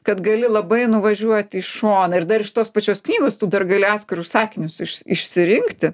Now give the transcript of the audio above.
kad gali labai nuvažiuoti į šoną ir dar iš tos pačios knygos tu dar gali atskirus sakinius išsirinkti